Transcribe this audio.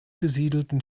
besiedelten